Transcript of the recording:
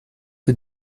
rue